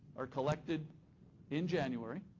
are collected in january,